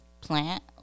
plant